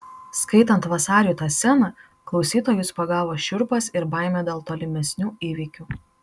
skaitant vasariui tą sceną klausytojus pagavo šiurpas ir baimė dėl tolimesnių įvykių